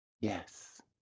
Yes